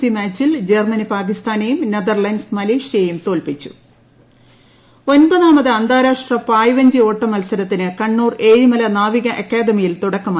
C മാച്ചിൽ Germany പാകിസ്ഥാനെയും Netherlands മലേഷ്യയെയും തോല്പിച്ചുക്ക പായ് വഞ്ചി ഒൻപതാമത് അന്താരാഷ്ട്ര പായ്പിഞ്ചി ഓട്ട മത്സരത്തിന് കണ്ണൂർ ഏഴിമല നാവിക അക്കാദമിയിൽ ിതുടക്കമായി